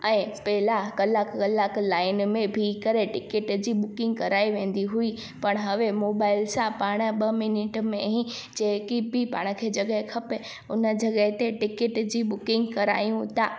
ऐं पहिरां कलाकु कलाकु लाइन में बिह करे टिकट जी बुकिंग कराई वेंदी हुई पण हाणे मोबाइल सां पाण ॿ मिनट में ही जेकी बि पाण खे जॻह खपे उन जॻह ते टिकट जी बुकिंग करायूं था